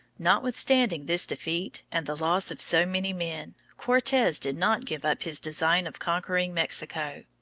notwithstanding this defeat and the loss of so many men, cortes did not give up his design of conquering mexico.